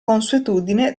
consuetudine